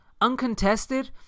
uncontested